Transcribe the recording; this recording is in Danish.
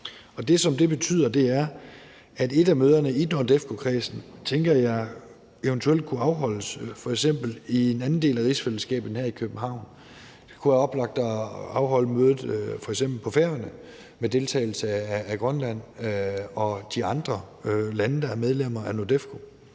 det betyder, er, at et af møderne i NORDEFCO-kredsen tænker jeg eventuelt kunne afholdes i en anden del af rigsfællesskabet end her i København. Det kunne være oplagt at afholde mødet f.eks. på Færøerne med deltagelse af Grønland og de andre lande, der er medlemmer af NORDEFCO,